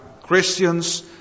Christians